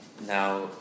Now